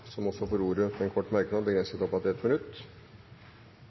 får ordet til en kort merknad, begrenset til 1 minutt.